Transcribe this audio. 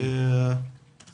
אִלְעַאפְיֵה (יישר כוח).